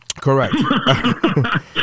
Correct